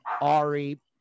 ari